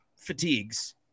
fatigues